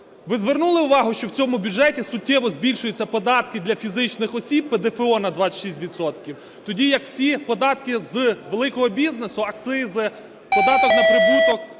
Ви звернули увагу, що в цьому бюджеті суттєво збільшуються податки для фізичних осіб: ПДФО на 26 відсотків? Тоді, як всі податки з великого бізнесу: акцизи, податок на прибуток